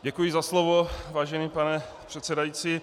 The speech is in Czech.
Děkuji za slovo, vážený pane předsedající.